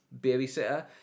babysitter